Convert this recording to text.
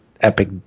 epic